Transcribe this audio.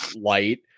light